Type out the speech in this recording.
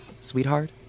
sweetheart